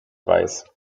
weiß